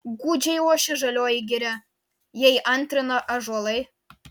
gūdžiai ošia žalioji giria jai antrina ąžuolai